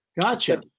Gotcha